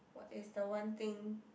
what is the one thing